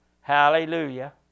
Hallelujah